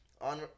On